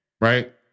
right